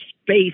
space